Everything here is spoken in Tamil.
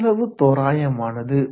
சிறிதளவு தோராயமானது